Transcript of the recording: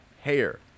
hair